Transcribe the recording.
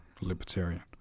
libertarian